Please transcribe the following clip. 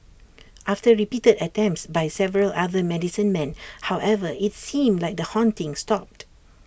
after repeated attempts by several other medicine men however IT seemed like the haunting stopped